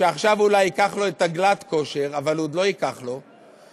שעכשיו אולי ייקח לו את הגלאט-כשר אבל הוא עוד לא ייקח לו: